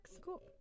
cool